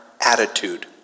attitude